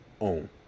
own